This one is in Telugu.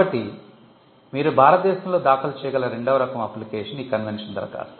కాబట్టి మీరు భారతదేశంలో దాఖలు చేయగల రెండవ రకం అప్లికేషన్ ఈ కన్వెన్షన్ దరఖాస్తు